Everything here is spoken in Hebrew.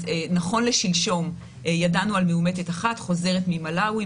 נכון לשלשום ידענו על מאומתת אחת חוזרת ממלאווי,